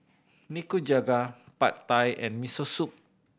Nikujaga Pad Thai and Miso Soup